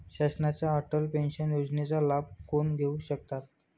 शासनाच्या अटल पेन्शन योजनेचा लाभ कोण घेऊ शकतात?